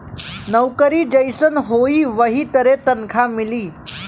नउकरी जइसन होई वही तरे तनखा मिली